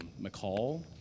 McCall